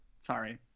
Sorry